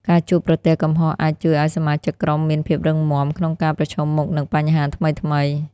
ការជួបប្រទះកំហុសអាចជួយឲ្យសមាជិកក្រុមមាន ភាពរឹងមាំ ក្នុងការប្រឈមមុខនឹងបញ្ហាថ្មីៗ។